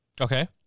Okay